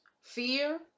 fear